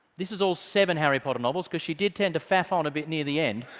this is all seven harry potter novels, because she did tend to faff on a bit near the end.